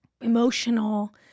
emotional